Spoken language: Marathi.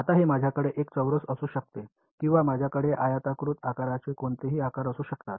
आता हे माझ्याकडे एक चौरस असू शकते किंवा माझ्याकडे आयताकृती आकाराचे कितीही आकार असू शकतात